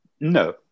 No